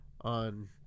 on